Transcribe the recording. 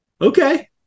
Okay